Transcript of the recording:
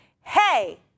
hey